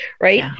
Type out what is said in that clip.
right